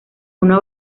una